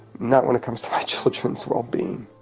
not when it comes to my children's well-being.